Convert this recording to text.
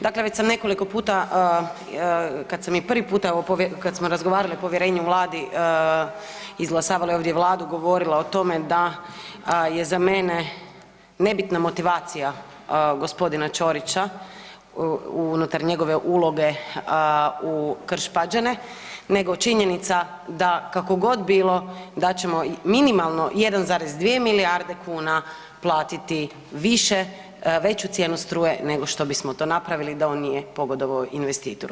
Dakle, već sam nekoliko puta, kad sam i prvi puta o, kad smo razgovarali o povjerenju vladi, izglasavali ovdje vladu, govorila o tome da je za mene nebitna motivacija g. Ćorića unutar njegove uloge u Krš-Pađene nego činjenica da kako god bilo da ćemo minimalno 1,2 milijarde kuna platiti više, veću cijenu struje nego što bismo to napravili da on nije pogodovao investitoru.